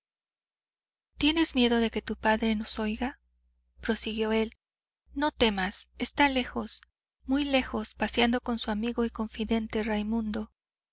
tienes miedo de que tu padre nos oiga prosiguió él no temas está lejos muy lejos paseando con su amigo y confidente raimundo